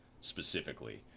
specifically